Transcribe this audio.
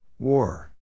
War